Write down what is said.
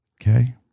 Okay